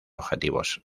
objetivos